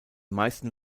meisten